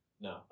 no